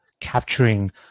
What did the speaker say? capturing